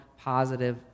positive